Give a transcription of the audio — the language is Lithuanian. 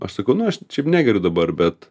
aš sakau nu aš negeriu dabar bet